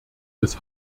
des